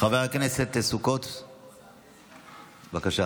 חבר הכנסת סוכות, בבקשה.